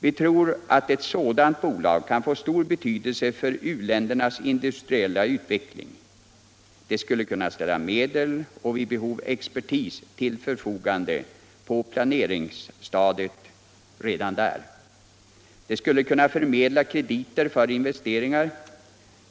Vi tror att ett sådant bolag kan få stor betydelse för u-ländernas industriella utveckling. Det skulle kunna ställa medel och vid behov expertis till förfogande :redan på planeringsstadiet, och der skulle kunna förmedla krediter för investeringar.